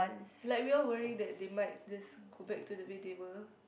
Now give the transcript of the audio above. like we all worry that they might just go back to the way they were